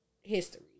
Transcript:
history